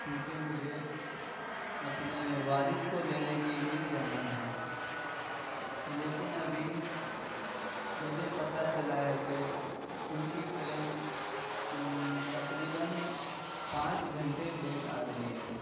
کیونکہ مجھے اپنے والد کو لینے کے لیے جانا تھا لیکن ابھی مجھے پتہ چلا ہے کہ ان کى ٹرين تقريباً پانچ گھنٹے ليٹ آ رہى ہے